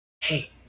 Hey